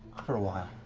for a while.